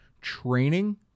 training